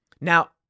Now